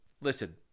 listen